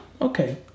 Okay